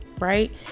right